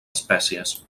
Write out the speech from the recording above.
espècies